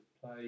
play